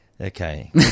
Okay